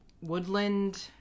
woodland